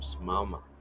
mama